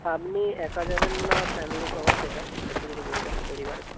আপনি একা যাবেন না ফ্যামিলি সহ সেটা একটু যদি বলতেন পরিবারের স